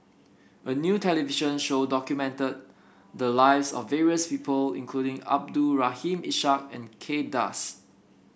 a new television show documented the lives of various people including Abdul Rahim Ishak and Kay Das